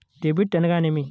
Debit అనగానేమి?